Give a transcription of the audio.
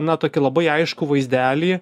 na tokį labai aiškų vaizdelį